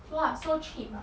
!wah! so cheap ah